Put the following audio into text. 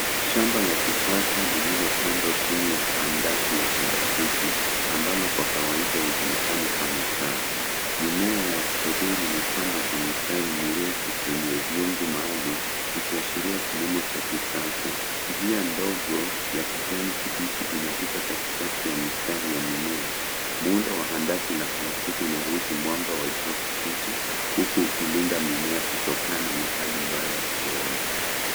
Shamba la kisasa lillopandwa chini ya handaki la plastiki ambalo kwa kawaida hujulikana kama chafu. Mimea ya stroberi imepandwa kwa mistari mirefu penye vyungu maalum ikiashiria kilimo cha kisasa. Njia ndogo ya kijani kibichi inapita katikati ya mistari ya mimea. Muundo wa handaki wa plastiki unaruhusu mwanga kupita huku ukilinda mimea kutokana na hali mbaya ya hewa.